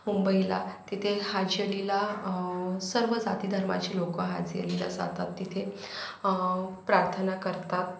मुंबईला तिथे हाजी अलीला सर्व जाती धर्माची लोकं हाजी अलीला जातात तिथे प्रार्थना करतात